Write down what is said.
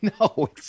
No